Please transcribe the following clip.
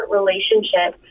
relationship